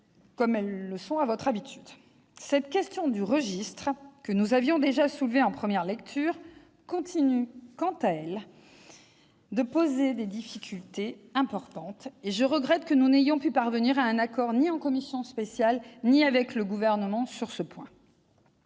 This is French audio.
promesse tenue comme à votre habitude, ... Très bien !... la question du registre, que nous avions déjà soulevée en première lecture, continue, quant à elle, de poser des difficultés importantes. Je regrette que nous n'ayons pu parvenir à un accord ni en commission spéciale ni avec le Gouvernement sur ce point.